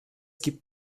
gibt